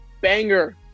banger